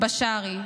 בשארי,